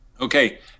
Okay